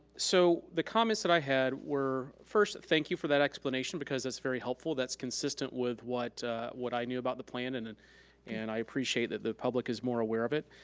so the comments that i had were first, thank you for that explanation because that's very helpful. that's consistent with what what i knew about the plan and and and i appreciate that the public is more aware of it.